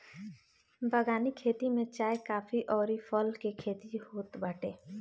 बगानी खेती में चाय, काफी अउरी फल के खेती होत बाटे